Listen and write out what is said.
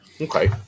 Okay